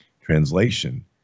translation